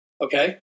okay